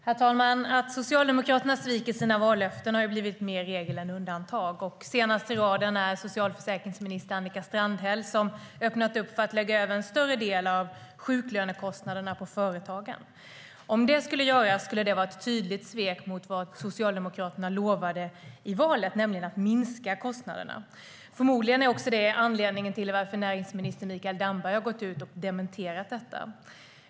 Herr talman! Att Socialdemokraterna sviker sina vallöften har blivit mer regel än undantag. Senast i raden är socialförsäkringsminister Annika Strandhäll, som har öppnat upp för att lägga över en större del av sjuklönekostnaderna på företagen. Om det skulle göras skulle det vara ett tydligt svek mot vad Socialdemokraterna lovade i valrörelsen, nämligen att minska kostnaderna. Förmodligen är det anledningen till att näringsminister Mikael Damberg har gått ut och dementerat detta.